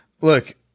look